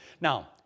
Now